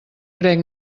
crec